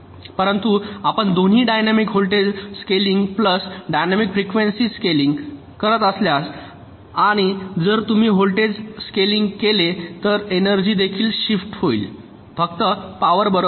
परंतु आपण दोन्ही dynamic voltage scaling plus dynamic frequency scaling करत असल्यास आणि जर तुम्ही व्होल्टेज स्केलिंग केले तर एनर्जी देखील शिफ्ट होईल फक्त पॉवर बरोबर नाही